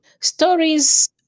stories